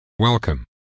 Welcome